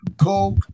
coke